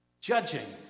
Judging